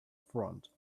front